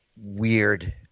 weird